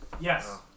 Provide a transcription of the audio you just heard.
Yes